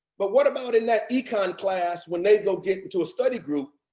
but what about in that econ class when they go get into a study group,